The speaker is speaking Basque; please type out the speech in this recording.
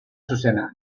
zuzena